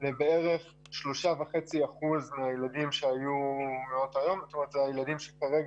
בערך ל-3.5%, שזה בעצם הילדים שלא מגיעים.